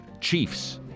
chiefs